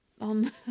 on